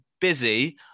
busy